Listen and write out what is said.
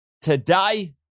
today